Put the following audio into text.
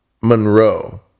Monroe